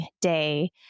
day